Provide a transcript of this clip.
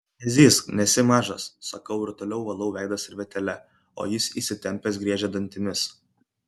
nezyzk nesi mažas sakau ir toliau valau veidą servetėle o jis įsitempęs griežia dantimis